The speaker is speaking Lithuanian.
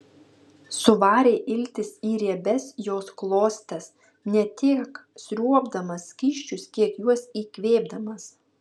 suvarė iltis į riebias jos klostes ne tiek sriuobdamas skysčius kiek juos įkvėpdamas